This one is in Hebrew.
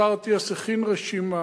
השר אטיאס הכין רשימה